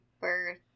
birth